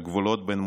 היכן שומרי הסף?